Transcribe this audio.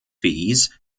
fees